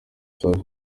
safi